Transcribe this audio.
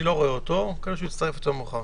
אני לא רואה אותו, נקווה שיצטרף יותר מאוחר.